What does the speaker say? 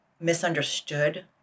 misunderstood